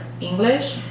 English